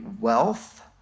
wealth